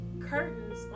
curtains